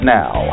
now